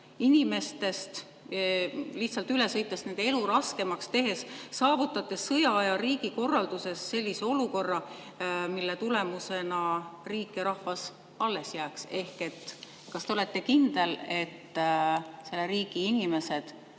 inimestest lihtsalt üle sõites ja nende elu raskemaks tehes saavutate sõjaaja riigikorralduses sellise olukorra, mille tulemusena riik ja rahvas alles jääks? Kas te olete kindel, et [meie] inimesed